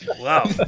wow